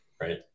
right